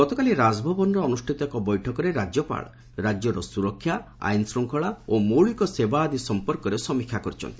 ଗତକାଲି ରାଜଭବନରେ ଅନୁଷ୍ଠିତ ଏକ ବୈଠକରେ ରାଜ୍ୟପାଳ ରାଜ୍ୟର ସ୍ତରକ୍ଷା ଆଇନ ଶୃଙ୍ଖଳା ଓ ମୌଳିକ ସେବା ଆଦି ସଫପର୍କରେ ସମୀକ୍ଷା କରିଛନ୍ତି